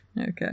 okay